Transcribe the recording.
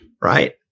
Right